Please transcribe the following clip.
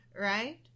right